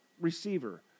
receiver